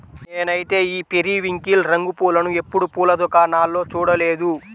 నేనైతే ఈ పెరివింకిల్ రంగు పూలను ఎప్పుడు పూల దుకాణాల్లో చూడలేదు